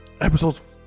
episodes